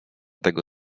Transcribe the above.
tego